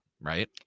right